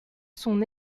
son